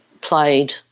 played –